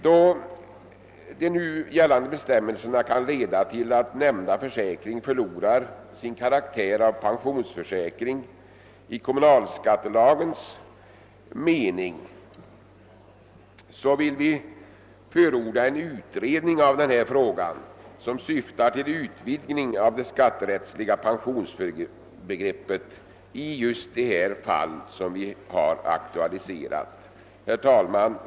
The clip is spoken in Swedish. Då de nu gällande bestämmelserna kan leda till att nämnda försäkring förlorar sin karaktär av pensionsförsäkring i kommunalskattelagens mening, vill vi förorda en utredning som syftar till utvidgning av det skatterättsliga pensionsbegreppet i just de fall som vi här har aktualiserat. Herr talman!